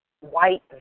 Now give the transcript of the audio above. white